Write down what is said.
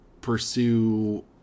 pursue